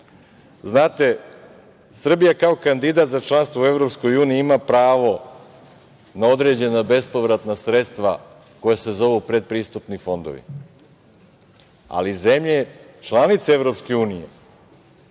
Znate, Srbija kao kandidat za članstvo u EU ima pravo na određena bespovratna sredstva koja se zovu predpristupni fondovi. Ali zemlje članice EU